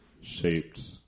shaped